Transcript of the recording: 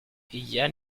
yann